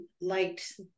liked